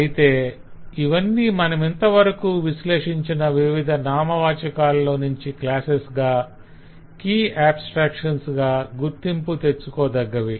అయితే ఇవన్ని మనమింతవరకు విశ్లేషించిన వివిధ నామవాచాకాల్లో నుంచి క్లాసెస్ గా కీ ఆబ్స్త్రాక్షన్స్ గా గుర్తింపు తెచ్చుకోదగ్గవి